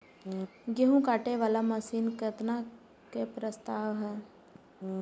गेहूँ काटे वाला मशीन केतना के प्रस्ताव हय?